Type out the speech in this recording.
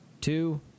two